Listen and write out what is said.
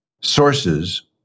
sources